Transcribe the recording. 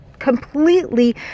completely